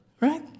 Right